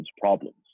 problems